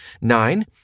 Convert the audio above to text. Nine